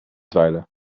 dweilen